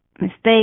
mistake